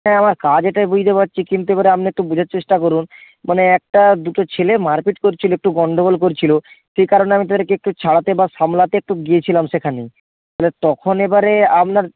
হ্যাঁ আমার কাজ এটাই বুঝতে পারছি কিন্তু আপনি এবার একটু বোঝার চেষ্টা করুন মানে একটা দুটো ছেলে মারপিট করছিল একটু গন্ডগোল করছিল সেই কারণে আমি তাদেরকে একটু ছাড়াতে বা সামলাতে একটু গিয়েছিলাম সেখানে তাহলে তখন এবারে আপনার